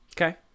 Okay